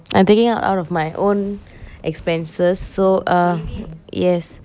I'm thinking out out of my own expenses so err yes